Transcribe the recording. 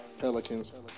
Pelicans